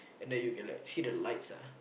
and then you can like see the lights ah